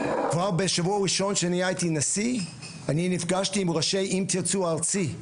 כבר בשבוע הראשון שאני הייתי נשיא אני נפגשתי עם ראשי "אם תרצו" ארצי,